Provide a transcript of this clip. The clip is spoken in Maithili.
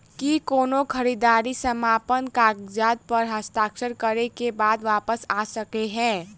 की कोनो खरीददारी समापन कागजात प हस्ताक्षर करे केँ बाद वापस आ सकै है?